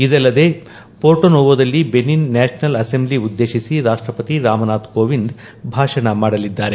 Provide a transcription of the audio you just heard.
ಇದಲ್ಲದೆ ಪೋರ್ಟೊನೋವೊದಲ್ಲಿ Benin national assembly ಉದ್ದೇಶಿಸಿ ರಾಷ್ವಪತಿ ರಾಮನಾಥ್ ಕೋವಿಂದ್ ಭಾಷಣ ಮಾಡಲಿದ್ದಾರೆ